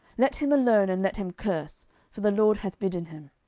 let him alone, and let him curse for the lord hath bidden him.